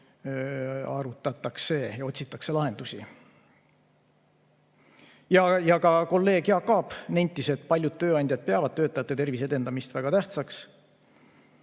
arutatakse ja otsitakse lahendusi. Ja ka kolleeg Jaak Aab nentis, et paljud tööandjad peavad töötajate tervise edendamist väga tähtsaks.